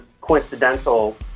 coincidental